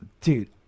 Dude